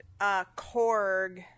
Korg